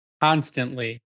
Constantly